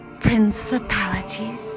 Principalities